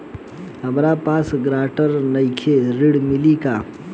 हमरा पास ग्रांटर नईखे ऋण मिली का?